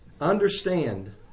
Understand